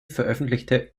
veröffentlichte